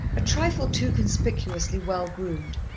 a trifle too conspicuously well groomed,